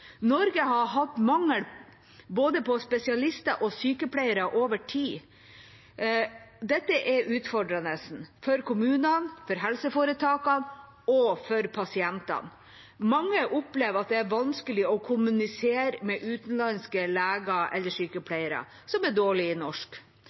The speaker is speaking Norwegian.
Norge har hatt mangel på både spesialister og sykepleiere over tid. Dette er utfordrende for kommunene, for helseforetakene og for pasientene. Mange opplever at det er vanskelig å kommunisere med utenlandske leger eller